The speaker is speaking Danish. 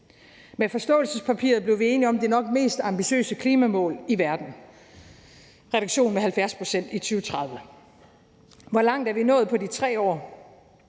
Med forståelsespapiret blev vi enige om det nok mest ambitiøse klimamål i verden: reduktion med 70 pct. i 2030. Hvor langt er vi så nået på de 3 år?